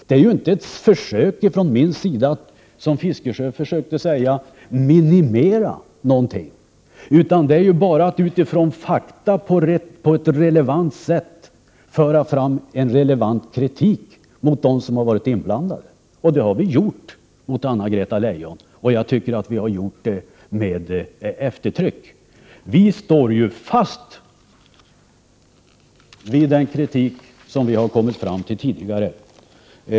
Det är ju inte ett försök från min sida, som Bertil Fiskesjö ville påstå, att minimera någonting utan bara att utifrån fakta föra fram en relevant kritik mot dem som har varit inblandade. Det har vi gjort mot Anna-Greta Leijon. Jag tycker att vi har gjort det med eftertryck. Vi står ju fast vid den kritik som vi kommit fram till tidigare.